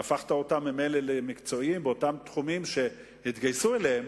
שבמילא הפכת אותם למקצועיים בתחומים שהם התגייסו אליהם,